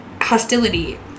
hostility